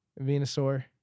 Venusaur